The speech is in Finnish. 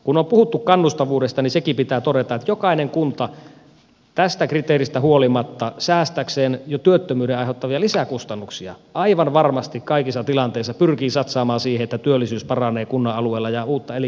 kun on puhuttu kannustavuudesta niin sekin pitää todeta että jokainen kunta tästä kriteeristä huolimatta säästääkseen jo työttömyyden aiheuttamia lisäkustannuksia aivan varmasti kaikissa tilanteissa pyrkii satsaamaan siihen että työllisyys paranee kunnan alueella ja uutta elinkeinotoimintaa syntyisi kuntaan